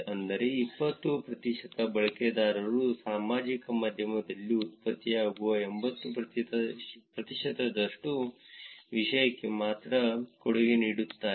ಅಂದರೆ 20 ಪ್ರತಿಶತ ಬಳಕೆದಾರರು ಸಾಮಾಜಿಕ ಮಾಧ್ಯಮದಲ್ಲಿ ಉತ್ಪತ್ತಿಯಾಗುವ 80 ಪ್ರತಿಶತದಷ್ಟು ವಿಷಯಕ್ಕೆ ಮಾತ್ರ ಕೊಡುಗೆ ನೀಡುತ್ತಾರೆ